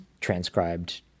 transcribed